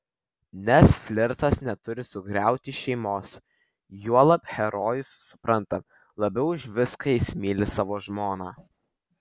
nes flirtas neturi sugriauti šeimos juolab herojus supranta labiau už viską jis myli savo žmoną